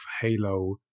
halo